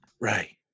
Right